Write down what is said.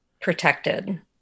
protected